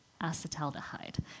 acetaldehyde